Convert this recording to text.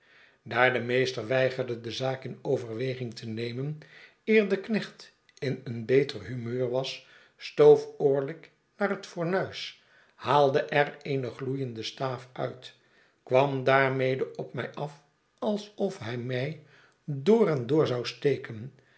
de meester weigerde de zaak in overweging te nemen eer de knecht in een beter humeur was stoof orlick naar het fornuis haalde er eene gloeiende staaf uit kwam daarmede op mij af alsof hij mij door en door zou steken